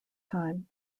time